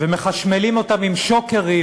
ומחשמלים אותם עם שוקרים